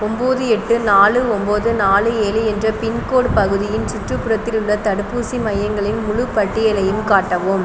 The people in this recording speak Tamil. ஒன்பது எட்டு நாலு ஒன்பது நாலு ஏழு என்ற பின்கோடு பகுதியின் சுற்றுப்புறத்தில் உள்ள தடுப்பூசி மையங்களின் முழுப் பட்டியலையும் காட்டவும்